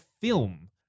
film